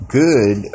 good